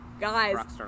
Guys